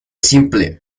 simple